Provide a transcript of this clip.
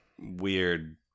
weird